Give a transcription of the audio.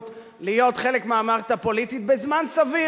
אם תכתבי מכתב למזכירה, נקרא ונשקול.